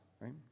right